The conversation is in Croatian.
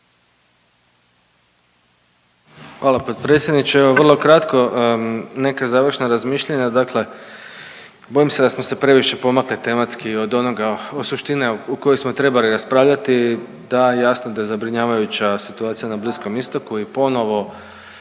Hvala potpredsjedniče. Evo vrlo kratko neka završna razmišljanja. Dakle, bojim se da smo se previše pomakli tematski od onoga, od suštine o kojoj smo trebali raspravljali. Da jasno da je zabrinjavajuća situacija na Bliskom Istoku i ponovo